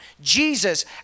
Jesus